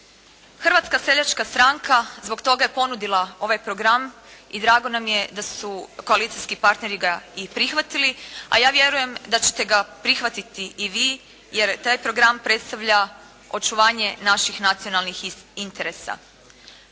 Hrvatska seljačka stranka zbog toga je ponudila ovaj program i drago nam je da su koalicijski partneri ga i prihvatili, a ja vjerujem da ćete ga prihvatiti i vi jer taj program predstavlja očuvanje naših nacionalnih interesa.